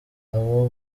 abo